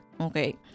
okay